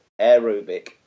aerobic